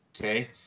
Okay